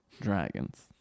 Dragons